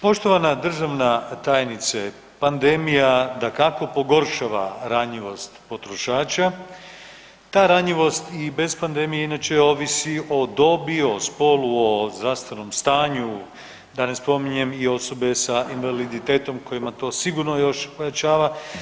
Poštovana državna tajnice, pandemija dakako pogoršava ranjivost potrošača, ta ranjivost i bez pandemije inače ovisi o dobi, o spolu, o zdravstvenom stanju, da ne spominjem i osobe sa invaliditetom kojima to sigurno još ojačava.